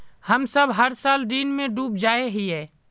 हम सब हर साल ऋण में डूब जाए हीये?